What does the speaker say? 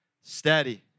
steady